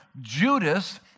Judas